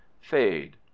fade